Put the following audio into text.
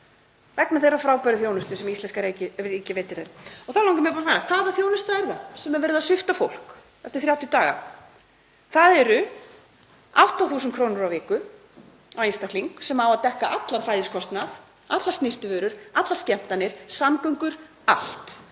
vegna þeirrar frábæru þjónustu sem íslenska ríkið veitir því. Þá langar mig bara að segja: Hvaða þjónusta er það sem er verið að svipta fólk eftir 30 daga? Það eru 8.000 kr. á viku á einstakling sem eiga að dekka allan fæðiskostnað, allar snyrtivörur, allar skemmtanir, samgöngur, allt,